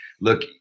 look